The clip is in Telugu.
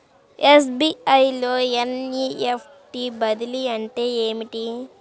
ఎస్.బీ.ఐ లో ఎన్.ఈ.ఎఫ్.టీ బదిలీ అంటే ఏమిటి?